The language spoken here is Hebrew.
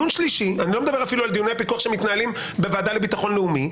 אני לא מדבר אפילו על דיוני הפיקוח שמתנהלים בוועדה לביטחון לאומי.